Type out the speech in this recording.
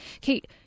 Kate